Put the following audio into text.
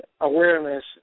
awareness